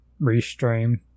restream